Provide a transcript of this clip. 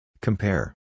Compare